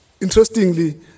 Interestingly